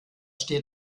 steht